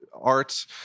art